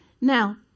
Now